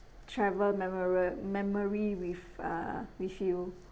travel memora~ memory with err with you